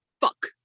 fuck